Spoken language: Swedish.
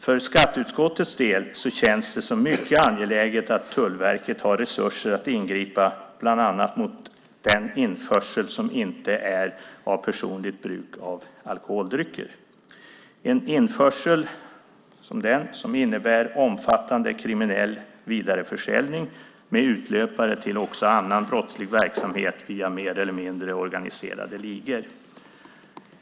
För skatteutskottets del känns det som mycket angeläget att Tullverket har resurser att ingripa bland annat mot den införsel som inte är för personligt bruk av alkoholdrycker. En sådan införsel innebär omfattande kriminell vidareförsäljning med utlöpare också till annan brottslig verksamhet via mer eller mindre organiserade ligor.